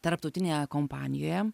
tarptautinėje kompanijoje